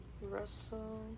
Russell